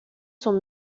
sont